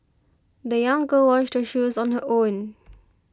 the young girl washed her shoes on her own